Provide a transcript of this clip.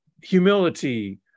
humility